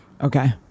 Okay